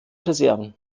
reserven